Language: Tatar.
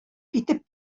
китеп